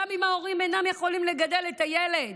גם אם ההורים אינם יכולים לגדל את הילד.